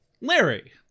Larry